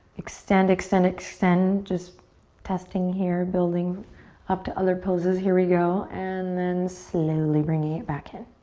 extend, extend, extend. just testing here, building up to other poses. here we go and then slowly bringing it back in.